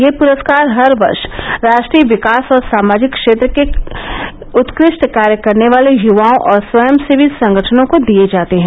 ये पुरस्कार हर वर्ष राष्ट्रीय विकास और सामाजिक सेवा के क्षेत्र में उत्कृष्ट कार्य करने वाले यवाओं और स्वयंसेवी संगठनों को दिये जाते हैं